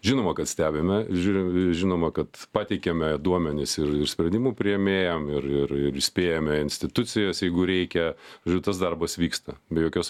žinoma kad stebime žiūriu žinoma kad pateikiame duomenis ir ir sprendimų priėmėjam ir ir ir įspėjame institucijas jeigu reikia šitas darbas vyksta be jokios